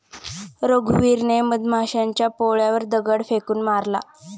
रघुवीरने मधमाशांच्या पोळ्यावर दगड फेकून मारला